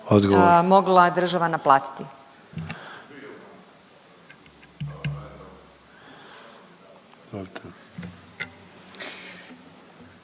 mogla država naplatiti.